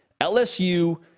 LSU